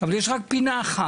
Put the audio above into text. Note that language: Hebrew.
אבל יש רק פינה אחת,